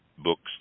books